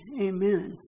amen